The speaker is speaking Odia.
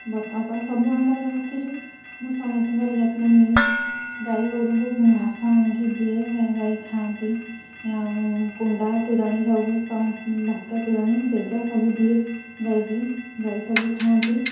ବତକ ସବୁ ଆମର ରଖିଛୁ ମୁଁ ସମିତିଙ୍କର ଯତ୍ନ ନିଏ ଗାଈ ଗୋରୁଙ୍କୁ ଘାସ ଆଣିକି ଦିଏ ଗାଈ ଖାଆନ୍ତି ଆଉ କୁଣ୍ଡା ତୋରାଣି ସବୁ ଭାତ ତୋରାଣି ପେଜ ସବୁ ଦିଏ ଗାଈକି ଗାଈ ସବୁ ଖାଆନ୍ତି